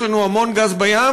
יש לנו המון גז בים,